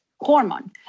hormone